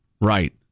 right